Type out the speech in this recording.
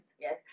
Yes